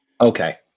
okay